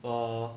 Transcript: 我